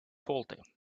faulty